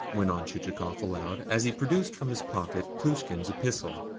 went on chichikov aloud as he produced from his pocket plushkin's epistle.